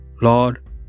Lord